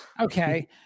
Okay